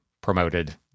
promoted